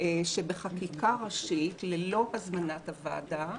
שאז בחקיקה ראשית, ללא הזמנת הוועדה,